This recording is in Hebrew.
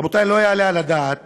רבותי, לא יעלה על הדעת